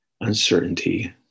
uncertainty